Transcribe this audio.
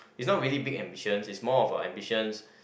is not really big ambitions is small of a ambitions